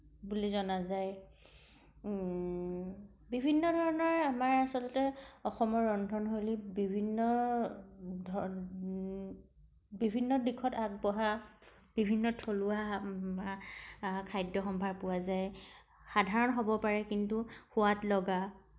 বুলি জনা যায় বিভিন্ন ধৰণৰ আমাৰ আচলতে অসমৰ ৰন্ধন শৈলীত বিভিন্ন বিভিন্ন দিশত আগবঢ়া বিভিন্ন থলুৱা খাদ্য সম্ভাৰ পোৱা যায় সাধাৰণ হ'ব পাৰে কিন্তু সোৱাদলগা